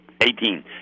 Eighteen